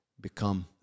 become